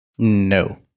No